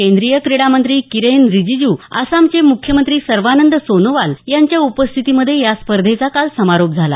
केंद्रीय क्रीडा मंत्री किरेन रिजिजू आसामचे म्ख्यमंत्री सर्वानंद सोनोवाल यांच्या उपस्थितीमध्ये या स्पर्धेचा काल समारोप झाला